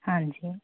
ਹਾਂਜੀ